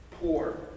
poor